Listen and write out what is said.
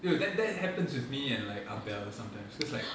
dude that that happens with me and like abel sometimes cause like